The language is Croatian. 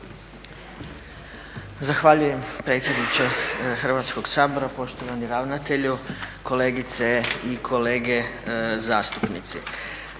Zahvaljujem predsjedniče Hrvatskog sabora. Poštovani ravnatelju, kolegice i kolege zastupnici.